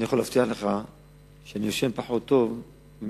אני יכול להבטיח לך שאני ישן פחות טוב ממה